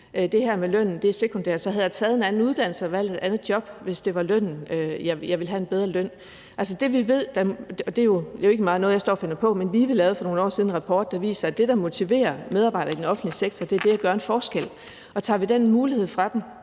det her med lønnen er sekundært; jeg havde taget en anden uddannelse og valgt et andet job, hvis jeg ville have en bedre løn. Altså, det, vi ved – og det er jo ikke bare noget, jeg står og finder på, men noget, der fremgår af en rapport, VIVE lavede for nogle år siden – er, at det, der motiverer medarbejdere i den offentlige sektor, er det at gøre en forskel. Og det er jo den mulighed for at